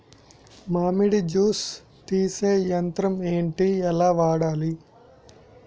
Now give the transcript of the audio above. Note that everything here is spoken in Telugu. మామిడి జూస్ తీసే యంత్రం ఏంటి? ఎలా వాడాలి?